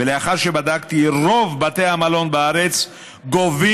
ולאחר שבדקתי, רוב, בתי המלון בארץ גובים,